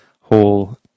whole